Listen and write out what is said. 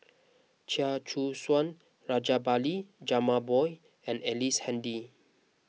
Chia Choo Suan Rajabali Jumabhoy and Ellice Handy